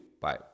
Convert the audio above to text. Bye